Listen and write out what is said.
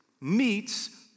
meets